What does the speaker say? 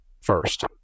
first